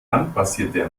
landbasierte